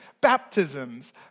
baptisms